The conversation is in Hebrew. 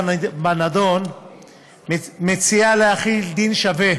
שבנדון מציעה להחיל דין שווה